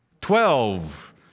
Twelve